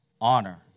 Honor